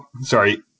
sorry